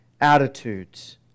attitudes